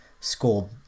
score